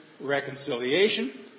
reconciliation